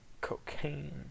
Cocaine